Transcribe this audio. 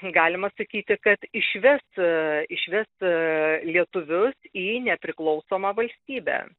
galima sakyti kad išves išves lietuvius į nepriklausomą valstybę